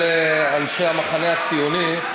אנשי המחנה הציוני,